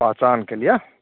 पहचानके लिए